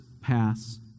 pass